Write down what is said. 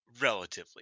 Relatively